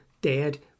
dead